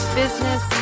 business